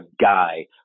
guy